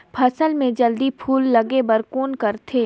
फसल मे जल्दी फूल लगे बर कौन करथे?